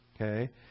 okay